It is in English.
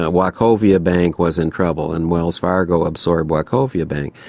ah wachovia bank was in trouble and wells fargo absorbed wachovia bank.